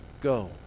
go